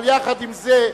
אבל יחד עם זאת,